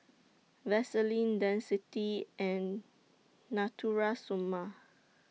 Vaselin Dentiste and Natura Stoma